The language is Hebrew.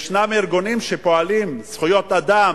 ישנם ארגונים שפועלים, זכויות אדם,